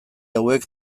hauek